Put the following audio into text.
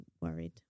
worried